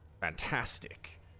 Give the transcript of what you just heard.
fantastic